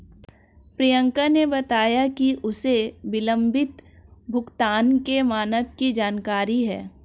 प्रियंका ने बताया कि उसे विलंबित भुगतान के मानक की जानकारी है